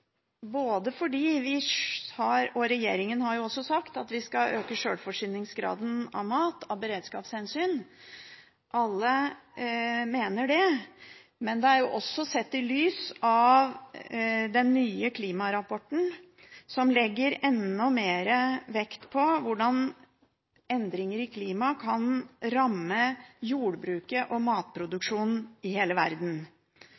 både vi og regjeringen har sagt at vi skal øke sjølforsyningsgraden av mat av beredskapshensyn. Alle mener det. Men det er også sett i lys av den nye klimarapporten, som legger enda mer vekt på hvordan endringer i klimaet kan ramme jordbruket og